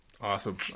awesome